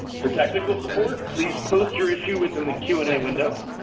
for technical support, please post your issue within the q and a window.